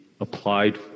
applied